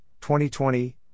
2020